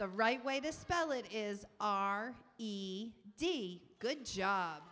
the right way to spell it is r e d good job